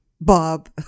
bob